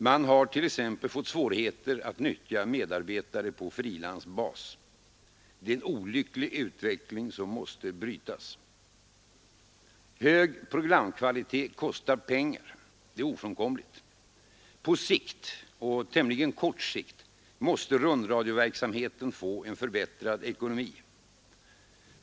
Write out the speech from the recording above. Man har t.ex. fått svårigheter att nyttja medarbetare på frilansbas. Det är en olycklig utveckling som måste brytas. Hög programkvalitet kostar pengar, det är ofrånkomligt. På sikt — och tämligen kort sikt — måste rundradioverksamheten få en förbättrad ekonomi.